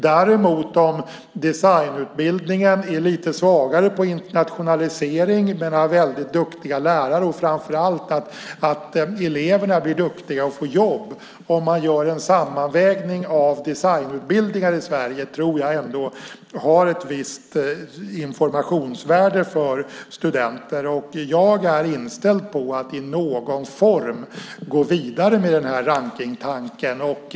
Däremot kanske en designutbildning är lite svagare på internationalisering men har väldigt duktiga lärare och eleverna blir framför allt duktiga och får jobb. Att man gör en sammanvägning av designutbildningar i Sverige tror jag har ett visst informationsvärde för studenter. Jag är inställd på att i någon form gå vidare med den här rankningstanken.